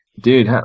Dude